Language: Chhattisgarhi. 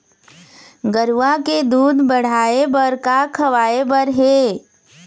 गरवा के दूध बढ़ाये बर का खवाए बर हे?